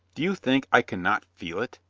do you think i can not feel it?